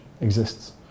exists